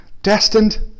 Destined